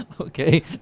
Okay